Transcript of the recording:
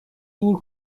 دور